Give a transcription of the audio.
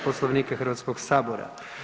Poslovnika HS.